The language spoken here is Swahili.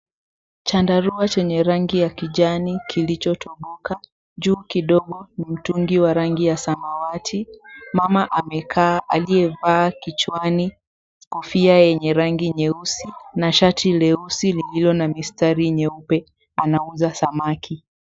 Chandarua chenye rangi ya kijani kilichotoboka, juu kidogo ni mtungi wa rangi ya samawati. Mama amekaa aliyevaa kichwani kofia yenye rangi nyeusi na shati leusi lililo na mistari nyeupe anauza samaki.